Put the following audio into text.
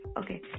Okay